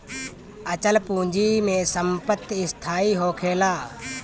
अचल पूंजी में संपत्ति स्थाई होखेला